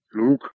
Luke